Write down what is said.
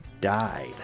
died